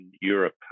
Europe